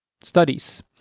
studies